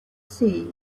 sea